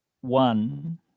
one